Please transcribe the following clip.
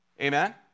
Amen